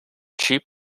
cheap